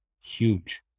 huge